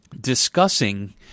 discussing